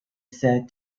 said